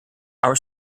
our